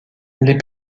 les